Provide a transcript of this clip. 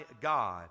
God